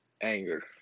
anger